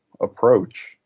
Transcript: approach